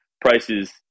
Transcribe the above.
prices